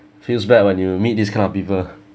feels bad when you meet these kind of people